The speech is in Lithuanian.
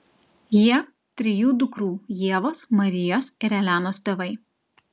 jie trijų dukrų ievos marijos ir elenos tėvai